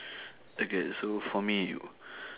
okay so for me